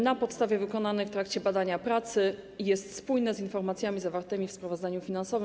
Na podstawie wykonanej w trakcie badania pracy jest spójne z informacjami zawartymi w sprawozdaniu finansowym.